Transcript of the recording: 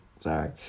sorry